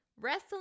Wrestling